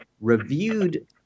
reviewed